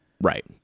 Right